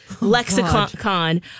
lexicon